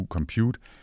Compute